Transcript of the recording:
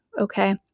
okay